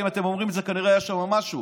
אם אתם אומרים את זה אז כנראה היה שם משהו.